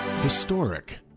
Historic